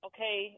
Okay